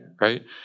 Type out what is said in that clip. right